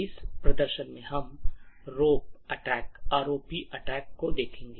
इस प्रदर्शन में हम रोप अटैक को देखेंगे